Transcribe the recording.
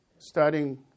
starting